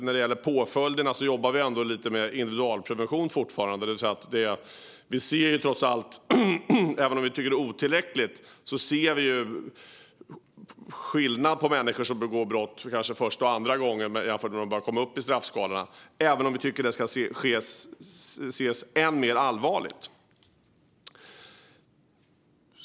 När det gäller påföljderna jobbar vi ändå fortfarande lite mer med individualprevention. Vi gör trots allt skillnad på människor som begår brott för första och andra gången jämfört med när de börjar komma upp i straffskalorna, även om vi tycker att det är otillräckligt och ska ses som än mer allvarligt.